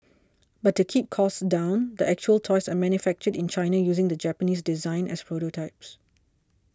but to keep costs down the actual toys are manufactured in China using the Japanese design as a prototype